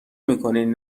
میکنین